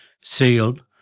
sealed